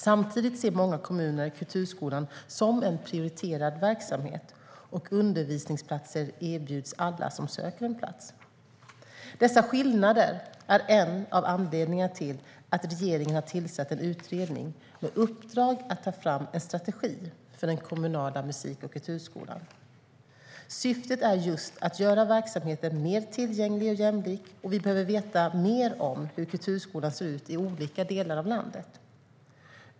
Samtidigt ser många kommuner kulturskolan som en prioriterad verksamhet, och undervisningsplatser erbjuds alla som söker en plats. Dessa skillnader är en av anledningarna till att regeringen har tillsatt en utredning med uppdrag att ta fram en strategi för den kommunala musik och kulturskolan. Syftet är just att göra verksamheten mer tillgänglig och jämlik, och vi behöver veta mer om hur kulturskolan ser ut i olika delar av landet.